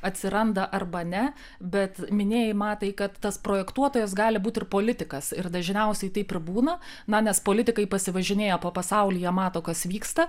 atsiranda arba ne bet minėjai matai kad tas projektuotojas gali būt ir politikas ir dažniausiai taip ir būna na nes politikai pasivažinėję po pasaulį jie mato kas vyksta